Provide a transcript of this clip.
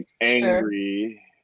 angry